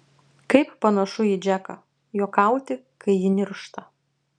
kaip panašu į džeką juokauti kai ji niršta